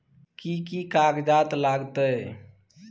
कि कि कागजात लागतै?